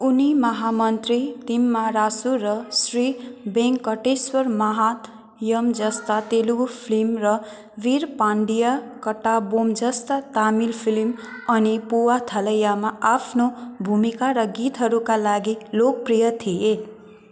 उनी महामन्त्री तिम्मारासु र श्री भेङ्कटेश्वर महात्यमजस्ता तेलुगु फिल्म र वीरपाण्डिया कट्टाबोमजस्ता तमिल फिल्म अनि पुवा थलैयामा आफ्नो भूमिका र गीतहरूका लागि लोकप्रिय थिए